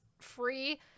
free